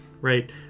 right